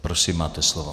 Prosím, máte slovo.